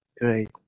Great